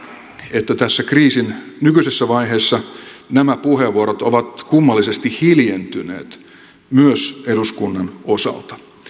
että tässä kriisin nykyisessä vaiheessa nämä puheenvuorot ovat kummallisesti hiljentyneet myös eduskunnan osalta